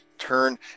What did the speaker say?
turn